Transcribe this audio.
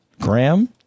Graham